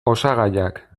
osagaiak